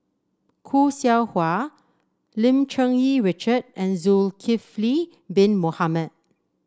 Khoo Seow Hwa Lim Cherng Yih Richard and Zulkifli Bin Mohamed